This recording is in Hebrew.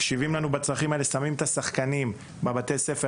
מקשיבים לנו ומשבצים את השחקנים בבתי הספר